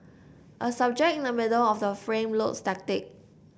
a subject in the middle of the frame looks static